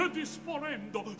disponendo